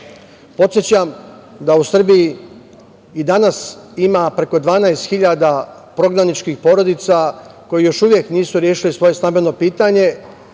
da u Srbiji i danas ima preko 12 hiljada prognaničkih porodica koji još uvek nisu rešili svoje stambeno pitanje,